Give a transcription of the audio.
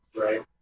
Right